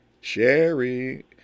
sherry